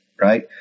right